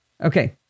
Okay